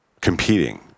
competing